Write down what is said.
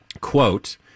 Quote